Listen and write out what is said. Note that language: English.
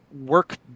work